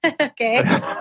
okay